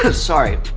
ah sorry.